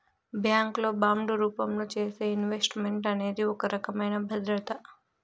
bank లో bond రూపంలో చేసే ఇన్వెస్ట్ మెంట్ అనేది ఒక రకమైన భద్రత